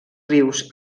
rius